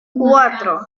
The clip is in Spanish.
cuatro